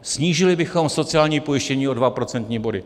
Snížili bychom sociální pojištění o 2 procentní body.